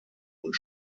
und